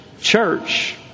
church